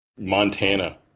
Montana